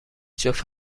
جفت